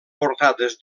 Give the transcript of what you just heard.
portades